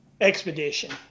expedition